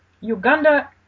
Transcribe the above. Uganda